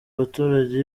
baturage